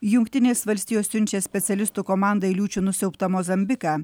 jungtinės valstijos siunčia specialistų komandą į liūčių nusiaubtą mozambiką